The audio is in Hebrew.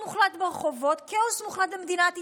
כאוס מוחלט ברחובות, כאוס מוחלט במדינת ישראל,